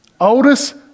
Oldest